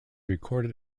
recorded